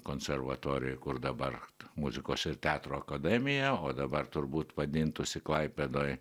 konservatorijoj kur dabar muzikos ir teatro akademija o dabar turbūt vadintųsi klaipėdoj